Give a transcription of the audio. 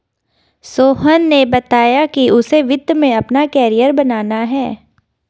सोहन ने बताया कि उसे वित्त में अपना कैरियर बनाना है